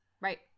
Right